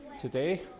today